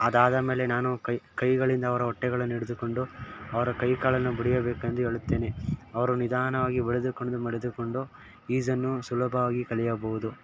ಅದಾದಮೇಲೆ ನಾನು ಕೈ ಕೈಗಳಿಂದ ಅವರ ಹೊಟ್ಟೆಗಳನ್ನು ಹಿಡಿದುಕೊಂಡು ಅವರ ಕೈಕಾಲನ್ನು ಬಡಿಯಬೇಕೆಂದು ಹೇಳುತ್ತೇನೆ ಅವರು ನಿಧಾನವಾಗಿ ಬಡಿದುಕೊಂಡು ಬಡಿದುಕೊಂಡು ಈಜನ್ನು ಸುಲಭವಾಗಿ ಕಲಿಯಬೌದು